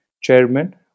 chairman